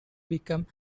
become